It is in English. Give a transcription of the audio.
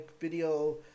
video